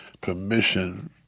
permission